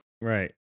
Right